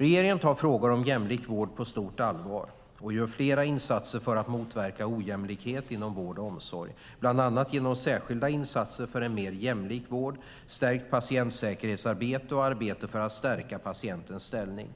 Regeringen tar frågor om jämlik vård på stort allvar och gör flera insatser för att motverka ojämlikhet inom vård och omsorg, bland annat genom särskilda insatser för en mer jämlik vård, ett stärkt patientsäkerhetsarbete och ett arbete för att stärka patientens ställning.